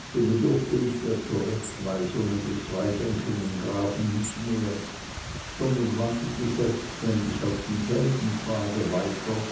so bedurfte ich der zurechtweisungen des freidenkenden grafen nicht mehr sondern wandelte selbständig auf demselben pfade weiter